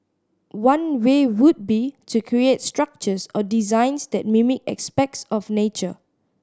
one way would be to create structures or designs that mimic aspects of nature